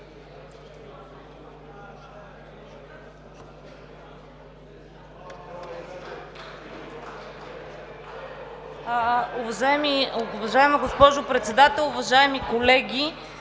Уважаема госпожо Председател, уважаеми колеги